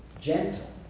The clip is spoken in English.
Gentle